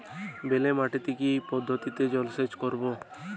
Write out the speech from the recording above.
বেলে মাটিতে কি পদ্ধতিতে জলসেচ করব?